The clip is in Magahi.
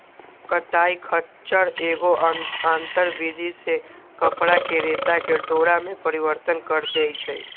कताई खच्चर एगो आंतर विधि से कपरा के रेशा के डोरा में परिवर्तन कऽ देइ छइ